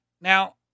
Now